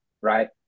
right